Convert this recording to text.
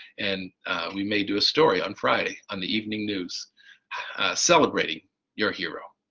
and we may do a story on friday on the evening news celebrating your hero.